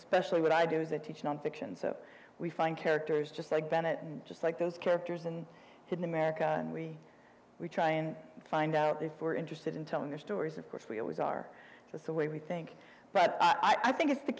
specially what i do is they teach nonfiction so we find characters just like benetton just like those characters and in america and we we try and find out if were interested in telling their stories of course we always are just the way we think but i think it's the